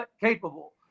capable